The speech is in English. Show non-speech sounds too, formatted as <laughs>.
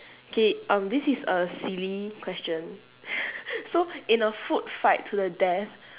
K uh this is a silly question <laughs> so in a food fight to the death